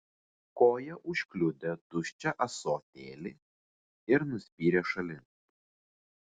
koja užkliudė tuščią ąsotėlį ir nuspyrė šalin